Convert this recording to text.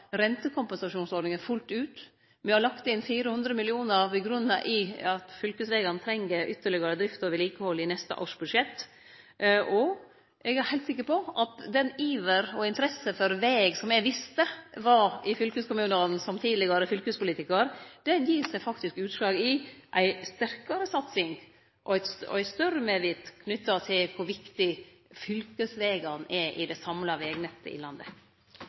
fullt ut. Me har lagt inn 400 mill. kr på grunn av at fylkesvegane treng ytterlegare drift og vedlikehald i neste års budsjett, og eg er heilt sikker på at den iveren og den interessa for veg som eg – som tidlegare fylkespolitikar – visste var i fylkeskommunane, gir seg faktisk utslag i ei sterkare satsing og eit større medvit om kor viktige fylkesvegane er for det samla vegnettet i landet.